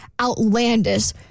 outlandish